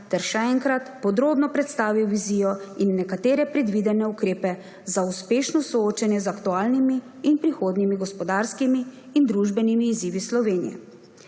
ter še enkrat podrobno predstavil vizijo in nekatere predvidene ukrepe za uspešno soočenje z aktualnimi in prihodnjimi gospodarskimi in družbenimi izzivi Slovenije.